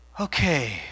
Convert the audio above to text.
Okay